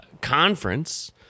conference